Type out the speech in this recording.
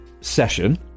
session